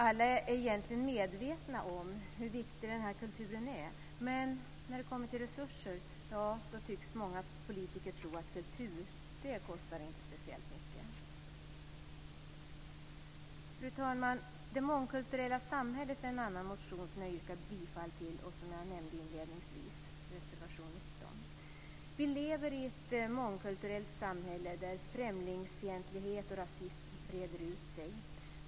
Alla är egentligen medvetna om hur viktig kulturen är, men när det kommer till resurser tycks många politiker tro att kultur inte kostar speciellt mycket. Fru talman! Vår reservation 19 om det mångkulturella samhället är en annan reservation som jag yrkar bifall till, och som jag nämnde inledningsvis. Vi lever i ett mångkulturellt samhälle där främlingsfientlighet och rasism breder ut sig.